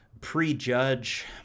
prejudge